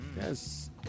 Yes